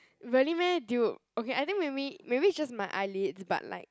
really meh dude okay I think maybe maybe is just my eyelids but like